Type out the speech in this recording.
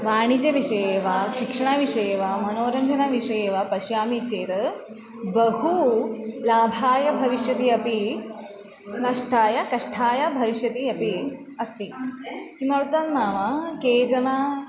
वाणिज्यविषये वा शिक्षणविषये वा मनोरञ्जनविषये वा पश्यामि चेद् बहु लाभाय भविष्यति अपि नष्टाय कष्टाय भविष्यति अपि अस्ति किमर्थं नाम केचन